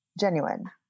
genuine